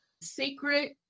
Secret